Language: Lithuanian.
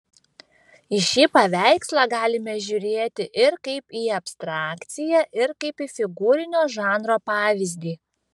į šį paveikslą galime žiūrėti ir kaip į abstrakciją ir kaip į figūrinio žanro pavyzdį